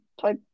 type